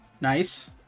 Nice